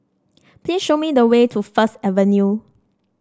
please show me the way to First Avenue